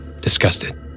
disgusted